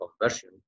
conversion